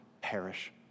perish